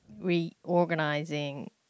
reorganizing